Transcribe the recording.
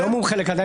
אני לא מומחה לקנדה.